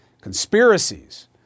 conspiracies